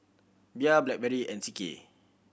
Bia Blackberry and C K